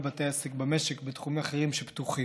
בתי העסק במשק בתחומים אחרים שפתוחים.